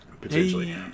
potentially